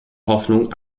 hoffnung